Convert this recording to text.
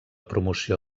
promoció